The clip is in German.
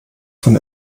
von